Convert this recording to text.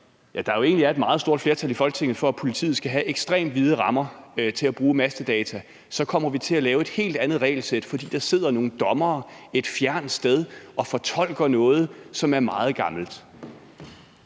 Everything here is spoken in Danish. som der egentlig er et meget stort flertal for i Folketinget, nemlig at politiet skal have ekstremt vide rammer til at bruge mastedata; så kommer vi til at lave et helt andet regelsæt, fordi der sidder nogle dommere et fjernt sted og fortolker noget, som er meget gammelt.